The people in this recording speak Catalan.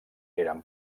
eren